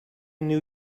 new